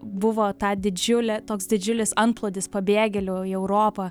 buvo ta didžiulė toks didžiulis antplūdis pabėgėlių į europą